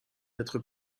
d’être